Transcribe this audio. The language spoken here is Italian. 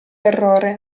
errore